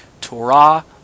Torah